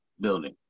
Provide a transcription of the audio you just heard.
building